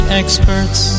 experts